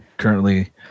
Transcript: currently